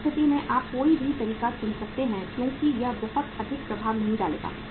उस स्थिति में आप कोई भी तरीका चुन सकते हैं क्योंकि यह बहुत अधिक प्रभाव नहीं डालेगा